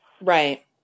Right